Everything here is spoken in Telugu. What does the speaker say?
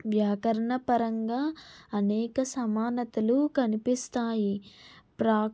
వ్యాకరణ పరంగా అనేక సమానతలు కనిపిస్తాయి ప్రా